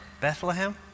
Bethlehem